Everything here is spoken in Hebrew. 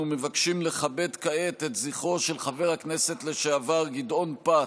אנחנו מבקשים לכבד כעת את זכרו של חבר הכנסת לשעבר גדעון פת,